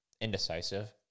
indecisive